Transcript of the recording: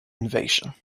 invasion